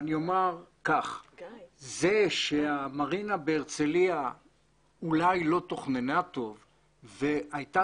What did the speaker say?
זה שהמרינה בהרצליה אולי לא תוכננה טוב והייתה